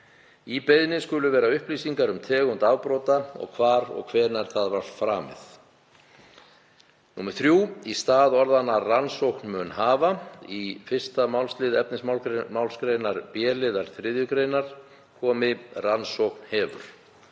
Í beiðni skulu vera upplýsingar um tegund afbrots og hvar og hvenær það var framið. 3. Í stað orðanna „rannsóknin mun hafa“ í 1. málslið efnismálsgreinar b-liðar 3. gr. komi: rannsókn hefur.